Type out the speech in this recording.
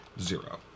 zero